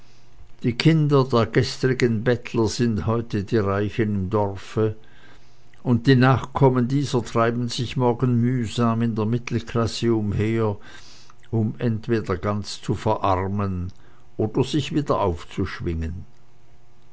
die kinder der gestrigen bettler sind heute die reichen im dorfe und die nachkommen dieser treiben sich morgen mühsam in der mittelklasse umher um entweder ganz zu verarmen oder sich wieder aufzuschwingen